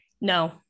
No